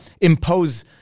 impose